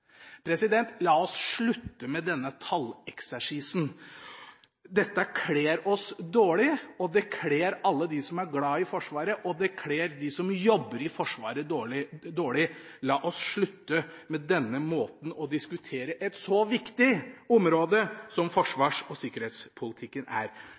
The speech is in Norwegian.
La oss slutte med denne talleksersisen. Dette kler oss dårlig, og det kler alle dem som er glad i Forsvaret, og dem som jobber i Forsvaret, dårlig. La oss slutte med denne måten å diskutere et så viktig område på som forsvars- og sikkerhetspolitikken er.